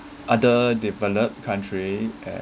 other developed country